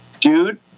dude